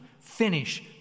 finish